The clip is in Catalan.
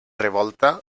revolta